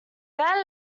van